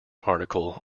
article